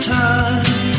time